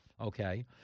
Okay